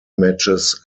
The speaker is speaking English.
matches